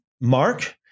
Mark